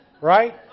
Right